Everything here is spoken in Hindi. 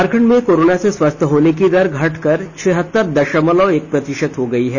झारखंड में कोरोना से स्वस्थ होने की दर घटकर छिहत्तर दशमलव एक प्रतिशत हो गयी है